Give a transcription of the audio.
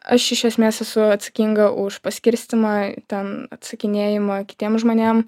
aš iš esmės esu atsakinga už paskirstymą ten atsakinėjimą kitiem žmonėm